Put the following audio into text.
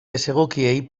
desegokiei